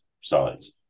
sides